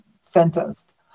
sentenced